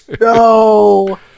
No